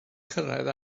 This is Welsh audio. cyrraedd